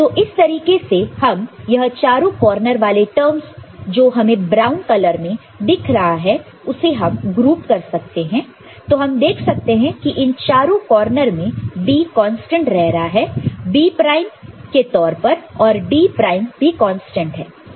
तो इस तरीके से हम यह चारों कॉर्नर वाले टर्मस जो हमें ब्राउन कलर में दिख रहा है उसे हम ग्रुप कर सकते हैं तो हम देख सकते हैं इन चारों कॉर्नर में B कांस्टेंट रह रहा है B प्राइम के तौर पर और D प्राइम भी कांस्टेंट है